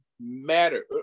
matter